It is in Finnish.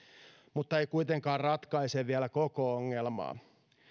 mutta ei kuitenkaan ratkaise vielä koko ongelmaa